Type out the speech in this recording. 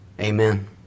Amen